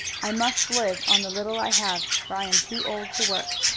i must live on the little i have, for i am too old to work.